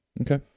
Okay